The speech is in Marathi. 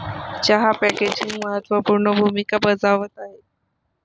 चहा पॅकेजिंग महत्त्व पूर्ण भूमिका बजावत आहे